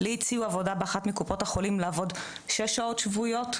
לי הציעו עבודה באחת מקופות החולים לעבוד שש שעות שבועיות,